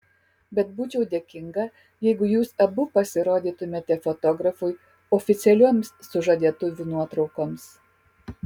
bet būčiau dėkinga jeigu jūs abu pasirodytumėte fotografui oficialioms sužadėtuvių nuotraukoms